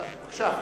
בבקשה.